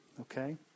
Okay